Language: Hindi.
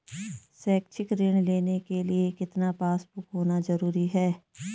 शैक्षिक ऋण लेने के लिए कितना पासबुक होना जरूरी है?